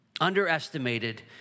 underestimated